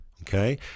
Okay